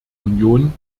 union